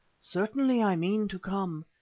certainly i mean to come.